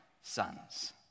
sons